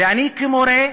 ואני, כמורה,